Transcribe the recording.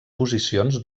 posicions